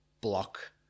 block